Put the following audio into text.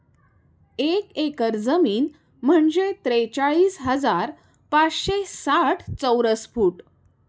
एक एकर जमीन म्हणजे त्रेचाळीस हजार पाचशे साठ चौरस फूट